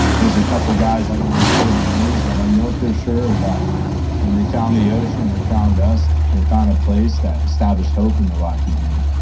there's a couple of guys, i don't want to say their names, that i know for sure that when they found the ocean, they found us, they found a place that established hope in their life again.